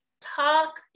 Talk